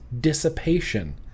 dissipation